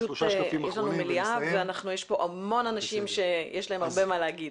יש לנו מליאה ויש כאן המון אנשים שיש להם הרבה מה להגיד.